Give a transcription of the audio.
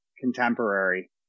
contemporary